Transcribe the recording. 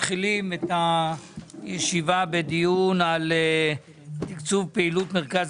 אנחנו מתחילים את הישיבה בדיון על תקצוב פעילות מרכז